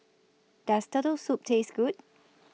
Does Turtle Soup Taste Good